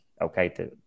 okay